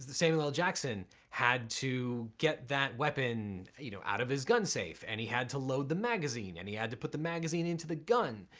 samuel l. jackson had to get that weapon you know out of his gun safe and he had to load the magazine and he had to put the magazine into the gun.